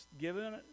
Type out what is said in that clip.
given